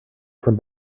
from